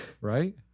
Right